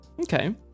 Okay